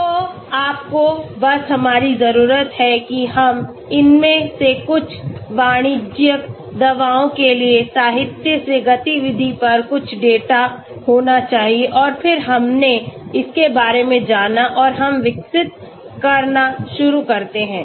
तो आपको बस हमारी जरूरत है कि हम इनमें से कुछ वाणिज्यिक दवाओं के लिए साहित्य से गतिविधि पर कुछ डेटा होना चाहिए और फिर हमने इसके बारे में जाना और हम विकसित करना शुरू करते हैं